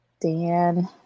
Dan